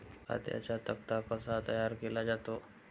खात्यांचा तक्ता कसा तयार केला जातो?